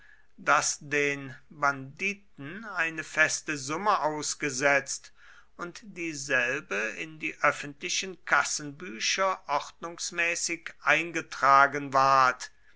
daß den banditen eine feste summe ausgesetzt und dieselbe in die öffentlichen kassenbücher ordnungsmäßig eingetragen ward